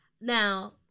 Now